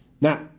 Now